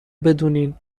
بدونین